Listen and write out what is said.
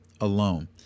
alone